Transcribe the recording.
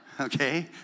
okay